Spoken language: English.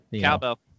Cowbell